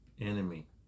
enemy